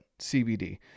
CBD